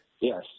Yes